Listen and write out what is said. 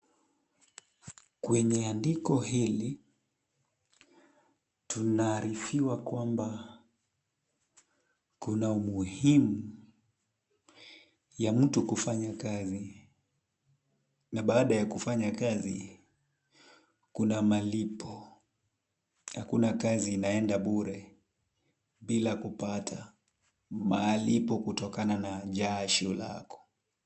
Kwenye andiko hili, tunaarifiwa kwamba kuna umuhimu ya mtu kufanya kazi na baada ya kufanya kazi, kuna malipo. Hakuna kazi inaenda bure bila kupata malipo kutokana na jasho lako.